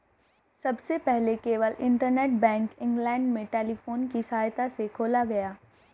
सबसे पहले केवल इंटरनेट बैंक इंग्लैंड में टेलीफोन की सहायता से खोला गया